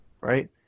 Right